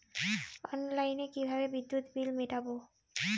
অনলাইনে কিভাবে বিদ্যুৎ বিল মেটাবো?